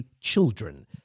children